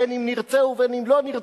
בין אם נרצה ובין אם לא נרצה,